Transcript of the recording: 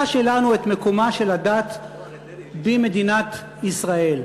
שלנו את מקומה של הדת במדינת ישראל,